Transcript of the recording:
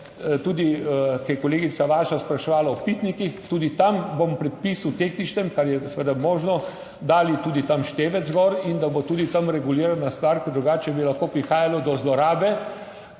tudi, ko je kolegica vaša spraševala o piknikih, tudi tam bomo predpis tehničnem, kar je seveda možno, dali tudi tam števec gor in da bo tudi tam regulirana stvar, ker drugače bi lahko prihajalo do zlorabe,